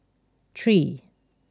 three